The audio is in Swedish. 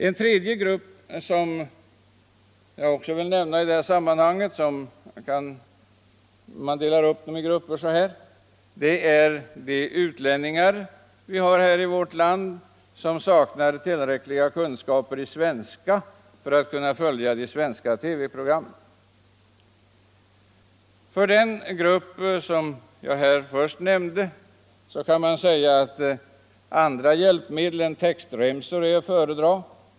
En tredje grupp som jag också vill nämna i detta sammanhang är de utlänningar vi har i vårt land som saknar tillräckliga kunskaper i svenska för att kunna följa de svenska TV-programmen. När det gäller den grupp som jag först nämnde kan man säga att andra hjälpmedel än textremsor är att föredra.